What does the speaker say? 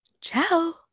Ciao